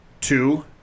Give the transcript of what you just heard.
Two